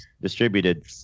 distributed